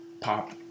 Pop